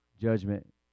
judgment